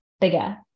bigger